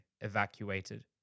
evacuated